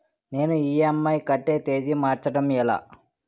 నేను ఇ.ఎం.ఐ కట్టే తేదీ మార్చడం ఎలా?